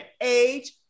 age